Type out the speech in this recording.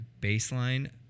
baseline